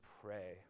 pray